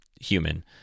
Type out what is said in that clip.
human